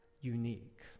unique